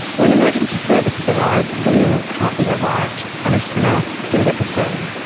when emergency services arrive william can't be revived and is pronounced dead at the scene.